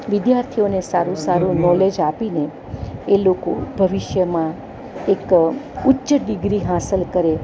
વિદ્યાર્થીઓને સારું સારું નોલેજ આપીને એ લોકો ભવિષ્યમાં એક ઉચ્ચ ડિગ્રી હાંસલ કરે